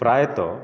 ପ୍ରାୟତଃ